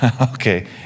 Okay